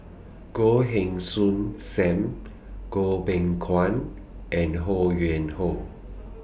Goh Heng Soon SAM Goh Beng Kwan and Ho Yuen Hoe